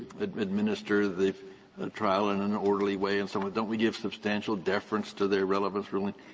administer the trial in an orderly way? and so don't we give substantial deference to their relevance ruling?